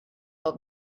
old